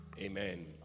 Amen